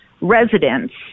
residents